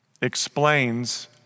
explains